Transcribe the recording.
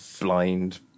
blind